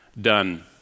Done